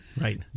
Right